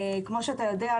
כמו שאתה יודע,